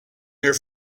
here